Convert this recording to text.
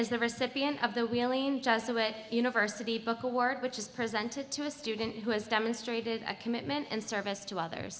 is the recipient of the just away university book award which is presented to a student who has demonstrated a commitment and service to others